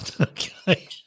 Okay